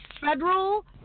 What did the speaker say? federal –